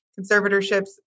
conservatorships